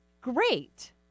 great